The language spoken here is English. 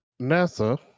NASA